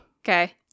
Okay